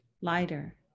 lighter